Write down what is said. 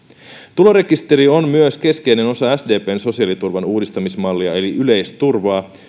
tulorekisteri on myös keskeinen osa sdpn sosiaaliturvan uudistamismallia eli yleisturvaa